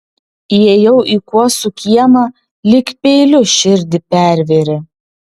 įėjau į kuosų kiemą lyg peiliu širdį pervėrė